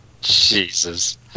Jesus